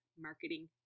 marketing